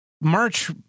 March